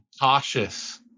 cautious